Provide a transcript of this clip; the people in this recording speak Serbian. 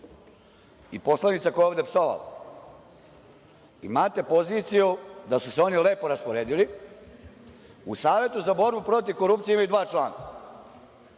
i poslanica koja je ovde psovala, imate poziciju da su se oni lepo rasporedili u Savetu za borbu protiv korupcije imaju dva člana.